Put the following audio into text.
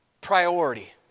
priority